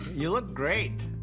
you look great.